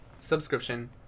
subscription